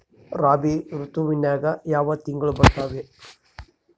ರಾಬಿ ಋತುವಿನ್ಯಾಗ ಯಾವ ತಿಂಗಳು ಬರ್ತಾವೆ?